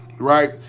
Right